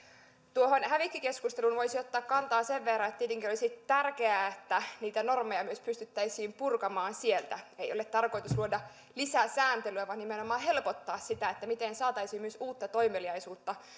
tuohon hävikkikeskusteluun voisi ottaa kantaa sen verran että tietenkin olisi tärkeää että niitä normeja myös pystyttäisiin purkamaan sieltä ei ole tarkoitus luoda lisää sääntelyä vaan nimenomaan helpottaa sitä miten saataisiin myös uutta toimeliaisuutta